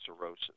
cirrhosis